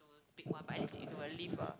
big one but at least if you were leave a